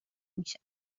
میشن